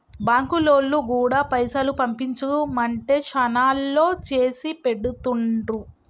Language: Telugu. బాంకులోల్లు గూడా పైసలు పంపించుమంటే శనాల్లో చేసిపెడుతుండ్రు